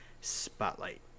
Spotlight